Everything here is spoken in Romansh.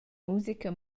musica